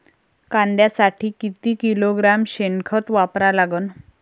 कांद्यासाठी किती किलोग्रॅम शेनखत वापरा लागन?